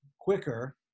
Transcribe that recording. quicker